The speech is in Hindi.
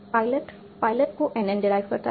पायलट पायलट को NN डेराईव करता है